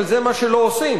אבל זה מה שלא עושים.